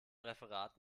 referat